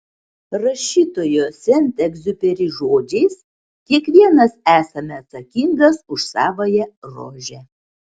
rašytojo sent egziuperi žodžiais kiekvienas esame atsakingas už savąją rožę